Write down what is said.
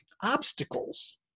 obstacles